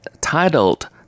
titled